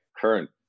current